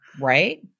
Right